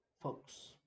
folks